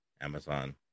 amazon